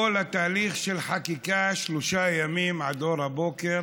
כל התהליך של חקיקה בשלושה ימים עד אור הבוקר